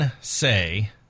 Say